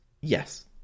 Yes